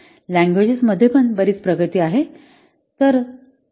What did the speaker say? languages मध्ये पण बरीच प्रगती आहे हे पहा